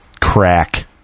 crack